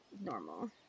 normal